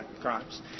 crimes